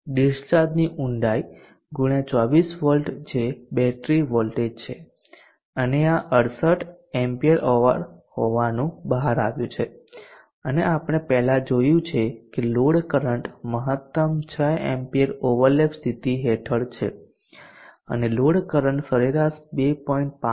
8 ડિસ્ચાર્જની ઊડાઈ ગુણ્યા 24V જે બેટરી વોલ્ટેજ છે અને આ 68 Ah હોવાનું બહાર આવ્યું છે અને આપણે પહેલા જોયું છે કે લોડ કરંટ મહત્તમ 6A ઓવરલેપ સ્થિતિ હેઠળ છે અને લોડ કરંટ સરેરાશ 2